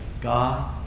God